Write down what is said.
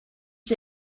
die